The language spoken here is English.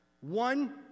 One